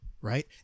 Right